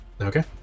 Okay